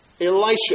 Elisha